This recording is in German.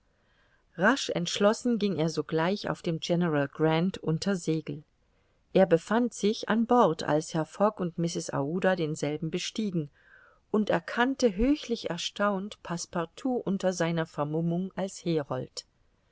rasch entschlossen ging er sogleich auf dem general grant unter segel er befand sich an bord als herr fogg und mrs aouda denselben bestiegen und erkannte höchlich erstaunt passepartout unter seiner vermummung als herold